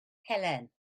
helen